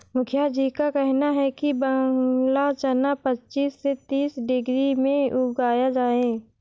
मुखिया जी का कहना है कि बांग्ला चना पच्चीस से तीस डिग्री में उगाया जाए